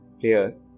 players